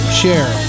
share